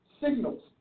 signals